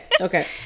okay